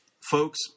folks